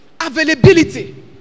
availability